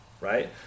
Right